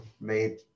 made